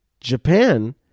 Japan